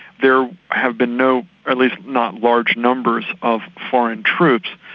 there have been no at least not large numbers of foreign troops.